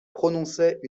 prononçait